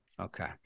Okay